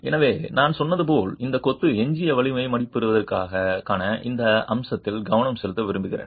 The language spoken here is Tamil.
எனவே நான் சொன்னது போல் இன்று கொத்து எஞ்சிய வலிமையை மதிப்பிடுவதற்கான இந்த அம்சத்தில் கவனம் செலுத்த விரும்புகிறேன்